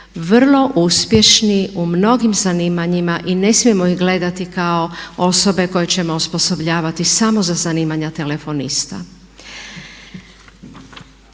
vrlo uspješni u mnogim zanimanjima i ne smijemo ih gledati kao osobe koje ćemo osposobljavati samo za zanimanja telefonista.